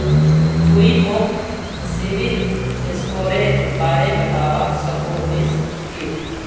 तुई मोक सिबिल स्कोरेर बारे बतवा सकोहिस कि?